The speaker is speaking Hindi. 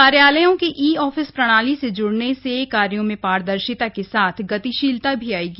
कार्यालयों के ई ऑफिस प्रणाली से ज्इने से कार्यो में पारदर्शिता के साथ गतिशीलता भी आयेगी